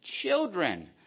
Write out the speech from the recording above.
children